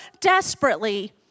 desperately